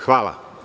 Hvala.